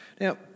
Now